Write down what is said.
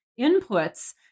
inputs